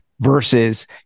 Versus